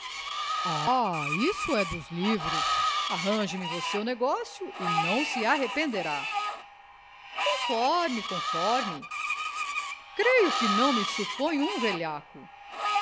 ah isso é dos livros arranje me você o negócio e não se arrependerá conforme conforme creio que não me supõe um velhaco